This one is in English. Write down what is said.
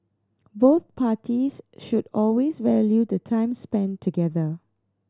both parties should always value the time spent together